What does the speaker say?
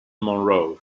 monroe